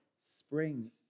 spring